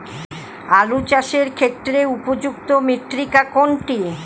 আলু চাষের ক্ষেত্রে উপযুক্ত মৃত্তিকা কোনটি?